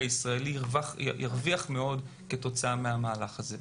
הישראלי ירוויח מאוד כתוצאה מהמהלך הזה.